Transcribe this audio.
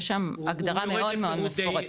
יש שם הגדרה מאוד מאוד מפורטת.